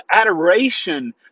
adoration